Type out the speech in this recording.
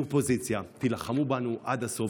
מיקי,